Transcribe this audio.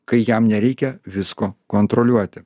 kai jam nereikia visko kontroliuoti